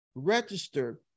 registered